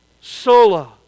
Sola